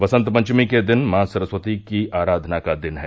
वसंत पंचमी के दिन मॉ सरस्वती की आराधन का दिन है